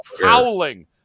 howling